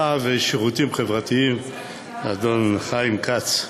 הרווחה והשירותים חברתיים חבר הכנסת חיים כץ,